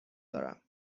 دارم